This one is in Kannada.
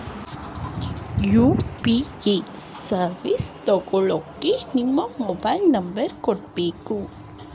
ಯು.ಪಿ.ಎ ಸರ್ವಿಸ್ ತಕ್ಕಳ್ಳಕ್ಕೇ ನಮ್ಮ ಮೊಬೈಲ್ ನಂಬರ್ ಕೊಡಬೇಕು